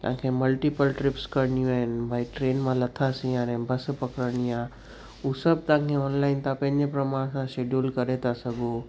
तव्हांखे multiple trips करिणियूं आहिनि भाई ट्रेन मां लथासीं हाणे बस पकिड़िनी आहे उहो सभु तव्हांखे ऑनलाइन तव्हां पंहिंजे प्रमाण सां शिडयूल करे था सघो